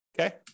okay